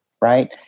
right